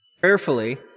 Carefully